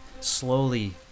slowly